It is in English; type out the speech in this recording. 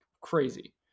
crazy